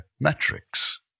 metrics